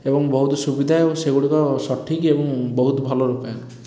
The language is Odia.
ଏବଂ ବହୁତ ସୁବିଧା ଆଉ ସେଗୁଡ଼ିକ ସଠିକ୍ ଏବଂ ବହୁତ ଭଲ ରୂପାୟନ